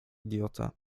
idiota